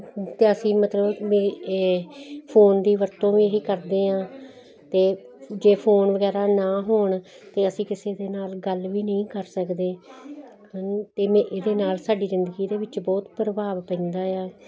ਅਤੇ ਅਸੀਂ ਮਤਲਬ ਇਹ ਫੋਨ ਦੀ ਵਰਤੋਂ ਵੀ ਇਹੀ ਕਰਦੇ ਹਾਂ ਅਤੇ ਜੇ ਫੋਨ ਵਗੈਰਾ ਨਾ ਹੋਣ ਅਤੇ ਅਸੀਂ ਕਿਸੇ ਦੇ ਨਾਲ ਗੱਲ ਵੀ ਨਹੀਂ ਕਰ ਸਕਦੇ ਹਨ ਅਤੇ ਮੈਂ ਇਹਦੇ ਨਾਲ ਸਾਡੀ ਜ਼ਿੰਦਗੀ ਦੇ ਵਿੱਚ ਬਹੁਤ ਪ੍ਰਭਾਵ ਪੈਂਦਾ ਆ